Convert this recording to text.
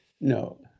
No